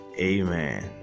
Amen